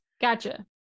Gotcha